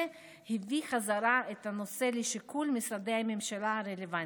הביא בחזרה את הנושא לשיקול משרדי הממשלה הרלוונטיים.